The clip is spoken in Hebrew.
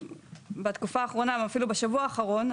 בתקופה האחרונה ואפילו בשבוע האחרון,